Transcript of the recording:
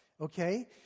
Okay